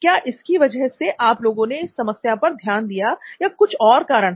क्या इसकी वजह से आप लोगों ने इस समस्या पर ध्यान दिया या कुछ और कारण था